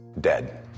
dead